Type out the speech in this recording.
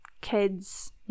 kids